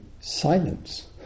silence